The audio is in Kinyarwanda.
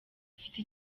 afite